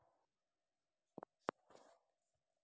పండ్ల పంటలకు డ్రిప్ ఉపయోగించాలా లేదా స్ప్రింక్లర్ ఉపయోగించాలా?